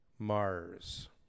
mars